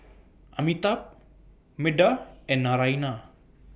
Amitabh Medha and Naraina